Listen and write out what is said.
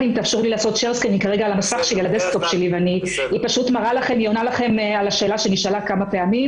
היא עונה לכם על השאלה שנשאלה כמה פעמים